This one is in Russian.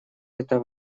это